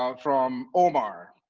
um from omar,